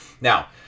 Now